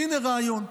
הינה רעיון.